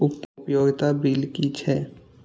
उपयोगिता बिल कि छै?